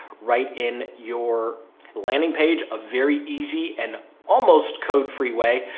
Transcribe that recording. right in your landing page, a very easy and almost code freeway.